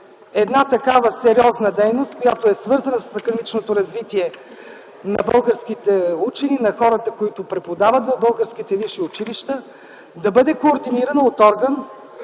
важно такава сериозна дейност, свързана с академичното развитие на българските учени, на хората, които преподават в българските висши училища, да бъде координирана от орган,